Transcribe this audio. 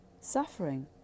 Suffering